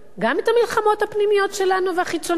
גם את המלחמות הפנימיות שלנו והחיצוניות